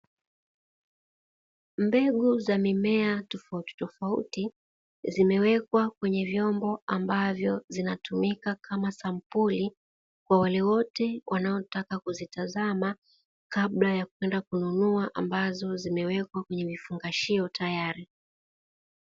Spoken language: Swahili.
Mbegu za mimea tofautitofauti zimewekwa kwenye vyombo ambavyo zinatumika kama sampuli kwa wale wote, wanaotaka kuzitazama kabla ya kwenda kununua ambazo zimewekwa kwenye vifungashio tayari.